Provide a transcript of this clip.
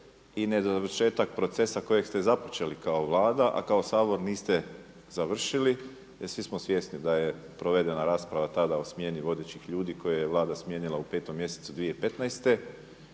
i ne dovršetak procesa kojeg ste započeli kao Vlada, a kao Sabor niste završili jer svi smo svjesni da je provedena rasprava tada o smjeni vodećih ljudi koje je Vlada smijenila u 5. mjesecu 2015.